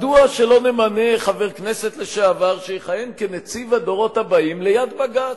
מדוע שלא נמנה חבר כנסת לשעבר שיכהן כנציב הדורות הבאים ליד בג"ץ,